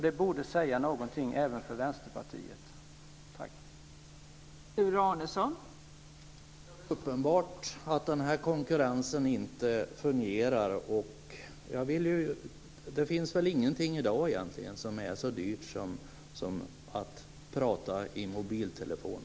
Det borde säga även Vänsterpartiet någonting.